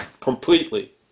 completely